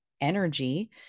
energy